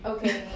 Okay